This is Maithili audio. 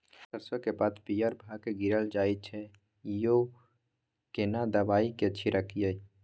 सरसो के पात पीयर भ के गीरल जाय छै यो केना दवाई के छिड़कीयई?